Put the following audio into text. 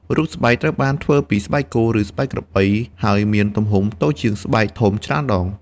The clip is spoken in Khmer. រូបស្បែកត្រូវបានធ្វើពីស្បែកគោ ឬស្បែកក្របី ហើយមានទំហំតូចជាងស្បែកធំច្រើនដង។